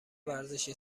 ورزش